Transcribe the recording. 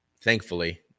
Thankfully